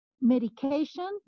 medication